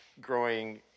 growing